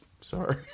Sorry